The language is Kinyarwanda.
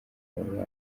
ababana